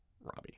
robbie